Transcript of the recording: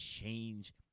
change